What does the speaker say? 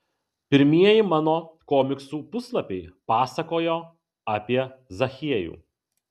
pirmieji mano komiksų puslapiai pasakojo apie zachiejų